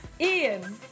Ian